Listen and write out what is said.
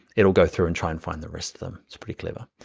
it'll go through and try and find the rest of them. it's pretty clever.